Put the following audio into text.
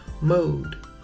mode